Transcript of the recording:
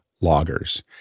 loggers